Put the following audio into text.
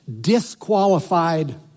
disqualified